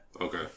Okay